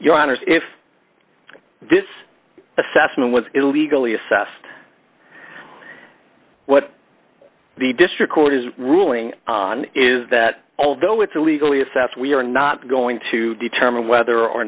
honor if this assessment was illegally assessed what the district court is ruling on is that although it's a legally assessed we are not going to determine whether or